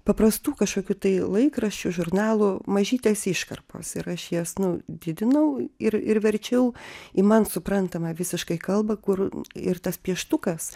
paprastų kažkokių tai laikraščių žurnalų mažytės iškarpos ir aš jas nu didinau ir ir verčiau į man suprantamą visiškai kalbą kur ir tas pieštukas